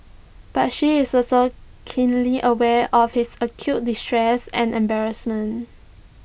but she is also keenly aware of his acute distress and embarrassment